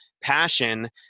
passion